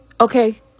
Okay